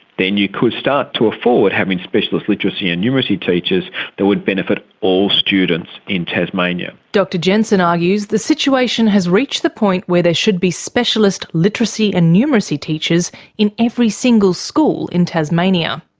then you could start to afford having specialist literacy and numeracy teachers that would benefit all students in tasmania. dr jensen argues the situation has reached the point where there should be specialist literacy and numeracy teachers in every single school in tasmania.